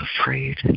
afraid